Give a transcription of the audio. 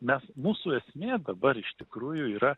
mes mūsų esmė dabar iš tikrųjų yra